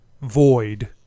Void